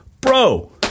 bro